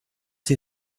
sie